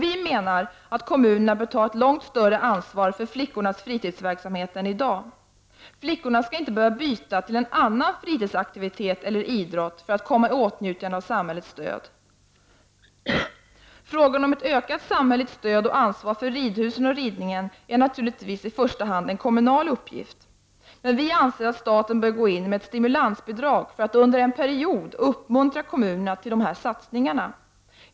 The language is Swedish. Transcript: Vi menar att kommunerna bör ta ett långt större ansvar för flickornas fritidsverksamhet än som i dag görs. Flickorna skall inte behöva byta till en annan fritidsaktivitet eller idrott för att komma i åtnjutande av samhällets stöd. Frågan om ett ökat samhälleligt stöd och ansvar för ridhusen och ridningen är i första hand en kommunal uppgift. Vi anser dock att staten bör gå in med ett stimulansbidrag för att under en period uppmuntra kommunerna till dessa satsningar.